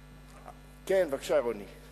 כן, בבקשה, רוני.